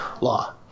law